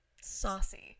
saucy